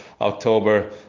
October